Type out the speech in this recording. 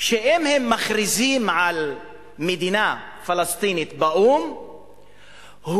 שאם הם מכריזים על מדינה פלסטינית באו"ם,